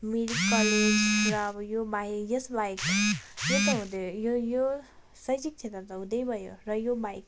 Mirik college र अब यो बाहेक यस बाहेक त्यो त हुँदै यो यो शैक्षिक क्षेत्र त हुँदै भयो र यो बाहेक